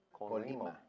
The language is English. Colima